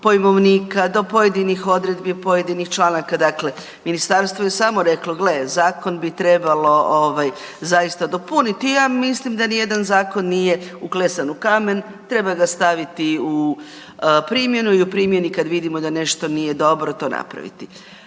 pojmovnika, do pojedinih odredbi, pojedinih članaka. Dakle, Ministarstvo je samo reklo, gle, zakon bi trebalo ovaj zaista dopuniti, ja mislim da nijedan zakon nije uklesan u kamen, treba ga staviti u primjenu i u primjeni kad vidimo da nešto nije dobro, to napraviti.